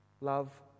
love